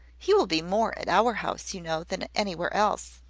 he will be more at our house, you know, than anywhere else.